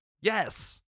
yes